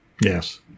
Yes